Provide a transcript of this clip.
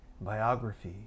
biography